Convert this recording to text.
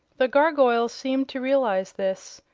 the gargoyles seemed to realize this,